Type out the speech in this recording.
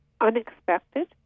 unexpected